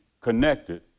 connected